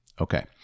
Okay